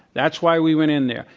that's why we went in there.